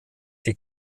die